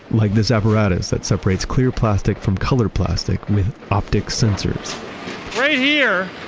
like this apparatus that separates clear plastic from colored plastic with optic sensors right here,